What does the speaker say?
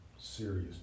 serious